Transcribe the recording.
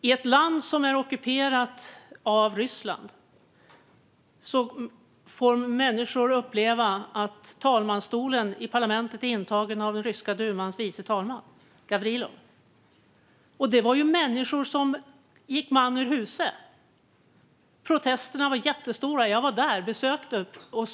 I ett land som var ockuperat av Ryssland fick människor uppleva att talmansstolen i parlamentet intogs av den ryska dumans vice talman, Gavrilov. Människor gick man ur huse. Protesterna var jättestora; jag var där och såg det.